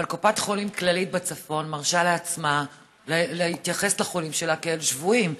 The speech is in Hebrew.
אבל קופת חולים כללית בצפון מרשה לעצמה להתייחס לחולים שלה כאל שבויים.